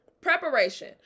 preparation